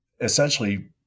essentially